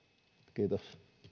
kiitos